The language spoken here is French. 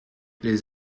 les